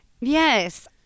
Yes